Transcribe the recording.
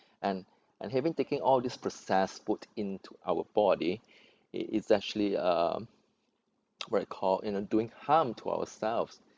and and having taking all these processed food into our body it it's actually um what you call your know doing harm to ourselves